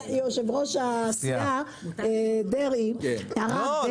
ליושב-ראש הסיעה דרעי -- לא,